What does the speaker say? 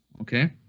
okay